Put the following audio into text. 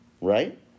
Right